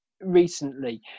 recently